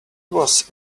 was